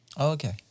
okay